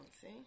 see